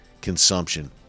consumption